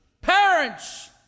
parents